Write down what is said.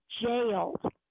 jailed